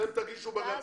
אתם קודם תגישו בג"צ.